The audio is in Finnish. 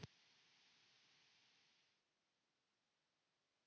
Kiitos.